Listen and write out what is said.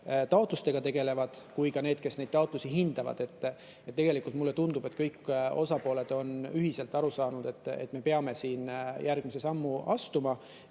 taotlustega tegelevad, samuti need, kes neid taotlusi hindavad. Tegelikult mulle tundub, et kõik osapooled on ühiselt aru saanud, et me peame siin järgmise sammu astuma.